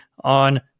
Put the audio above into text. on